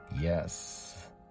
Yes